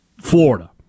Florida